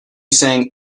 sang